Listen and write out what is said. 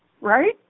right